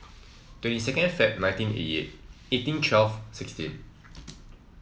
twenty second Feb nineteen eighty eight eighteen twelve sixteen